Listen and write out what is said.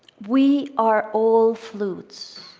we are all flutes